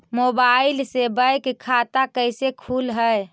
Mobile से bank खाता कैसे खुल है?